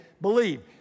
believe